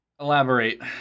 Elaborate